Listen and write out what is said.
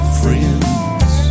friends